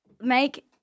make